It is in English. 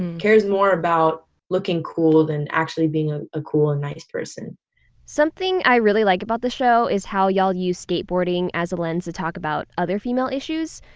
cares more about looking cool than actually being a ah cool and nice person something i really like about the show is how y'all use skateboarding as a lens to talk about other female issues.